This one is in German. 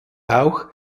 auch